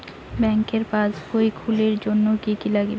ব্যাঙ্কের পাসবই খুলির জন্যে কি কি নাগিবে?